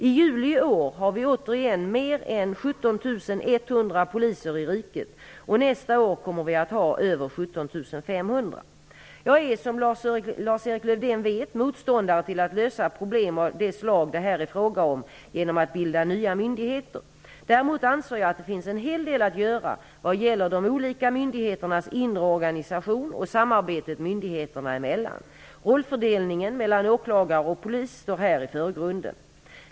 I juli i år har vi återigen mer än 17 100 poliser i riket och nästa år kommer vi att ha över 17 500. Jag är, som Lars-Erik Lövdén vet, motståndare till att lösa problem av det slag det här är fråga om genom att bilda nya myndigheter. Däremot anser jag att det finns en hel del att göra vad gäller de olika myndigheternas inre organisation och samarbetet myndigheterna emellan. Rollfördelningen mellan åklagare och polis står här i förgrunden.